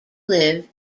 live